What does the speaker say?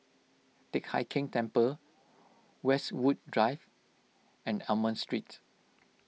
Teck Hai Keng Temple Westwood Drive and Almond Street